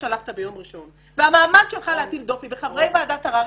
שלחת ביום ראשון והניסיון שלך להטיל דופי בחברי ועדת הררי,